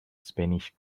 spanish